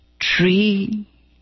Tree